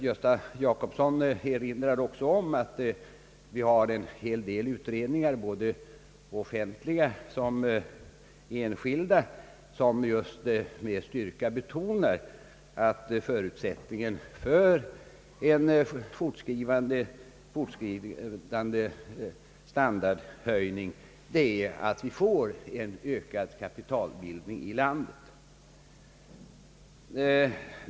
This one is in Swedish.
Gösta Jacobsson erinrade också om att en hel del utredningar, både offentliga och enskilda, just med styrka betonar att förutsättningen för en fortskridande standardhöjning är att vi får en ökad kapitalbildning i landet.